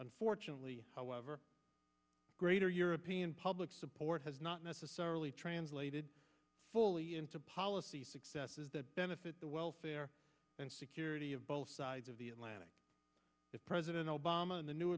unfortunately however greater european public support has not necessarily translated fully into policy successes that benefit the welfare and security of both sides of the atlantic that president obama and the new